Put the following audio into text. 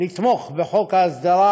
לתמוך בחוק ההסדרה,